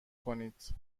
کنید